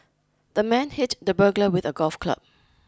the man hit the burglar with a golf club